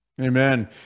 Amen